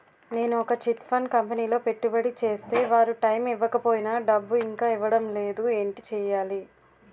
నేను ఒక chit fund కంపెనీలో పెట్టుబడి చేస్తే వారు టైమ్ ఇవ్వకపోయినా డబ్బు ఇంకా ఇవ్వడం లేదు ఏంటి చేయాలి?